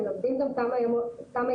הם לומדים גם כמה שעות,